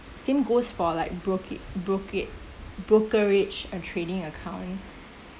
same goes for like broke~ broke~ brokerage and trading account